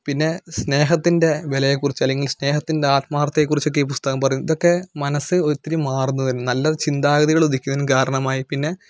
പിന്നെ സ്നേഹത്തിൻ്റെ വിലയെ കുറിച്ച് അല്ലെങ്കിൽ സ്നേഹത്തിൻ്റെ ആത്മാർത്ഥതയെ കുറിച്ചൊക്കെ ഈ പുസ്തകം പറയുന്നു ഇതൊക്കെ മനസ്സ് ഒത്തിരിമാറുന്നതിന് നല്ലൊരു ചിന്താഗതികൾ ഉദിക്കുന്നതിന് കാരണമായി പിന്നെ